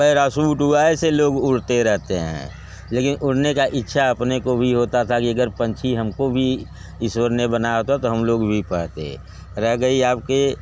parachute हुआ ऐसे लोग उड़ते रहते हैं लेकिन उड़ने की इच्छा अपने को भी होती थी कि अगर पंछी हम को भी ईश्वर ने बनाया होता तो हम लोग भी उड़ पाते रह गई आप के